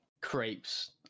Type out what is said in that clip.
Crepes